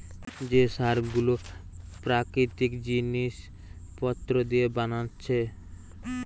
যে সার গুলো প্রাকৃতিক জিলিস পত্র দিয়ে বানাচ্ছে